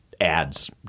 ads